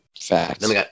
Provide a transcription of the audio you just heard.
Facts